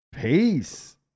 Peace